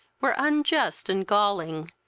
were unjust and galling,